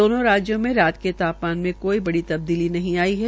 दोनों राज्यों में रात के तापमान में कोई बड़ी तबदीली नहीं आई है